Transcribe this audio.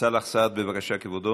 סאלח סעד, בבקשה, כבודו